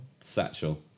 satchel